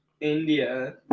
India